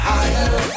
higher